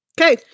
okay